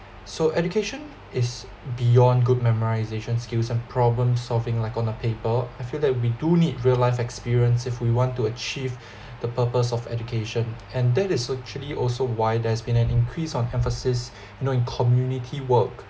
so education is beyond good memorisation skills and problem solving like on a paper I feel that we do need real life experience if we want to achieve the purpose of education and that is actually also why there has been an increase on emphasis you know in community work